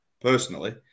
personally